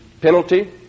penalty